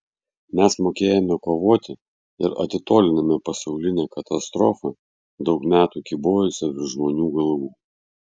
mes mokėjome kovoti ir atitolinome pasaulinę katastrofą daug metų kybojusią virš žmonių galvų